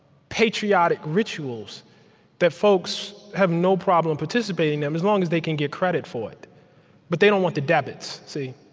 patriotic rituals that folks have no problem participating in, as long as they can get credit for it but they don't want the debits, see